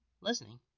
listening